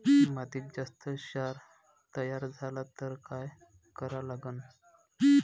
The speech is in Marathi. मातीत जास्त क्षार तयार झाला तर काय करा लागन?